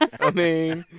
i mean.